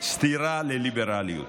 סתירה לליברליות.